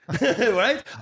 Right